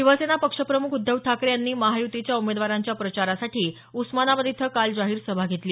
शिवसेना पक्षप्रमुख उद्धव ठाकरे यांनी महायुतीच्या उमेदवारांच्या प्रचारासाठी उस्मानाबाद इथं काल जाहीर सभा घेतली